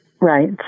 Right